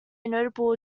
notable